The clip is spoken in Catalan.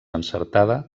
encertada